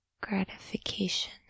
gratification